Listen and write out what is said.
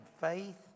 faith